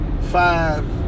five